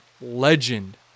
legend